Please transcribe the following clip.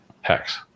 Hex